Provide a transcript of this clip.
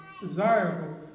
desirable